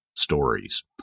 stories